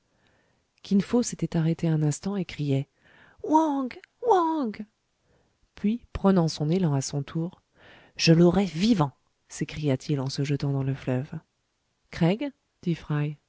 kin fo s'était arrêté un instant et criait wang wang puis prenant son élan à son tour je l'aurai vivant sécria til en se jetant dans le fleuve